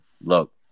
look